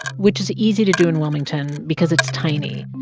which is easy to do in wilmington because it's tiny.